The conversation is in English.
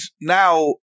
now